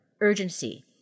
urgency